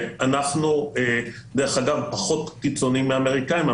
אנחנו פחות קיצוניים מהאמריקנים.